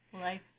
Life